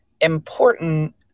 important